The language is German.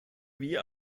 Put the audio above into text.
wie